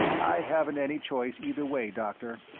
i haven't any choice either way, doctor.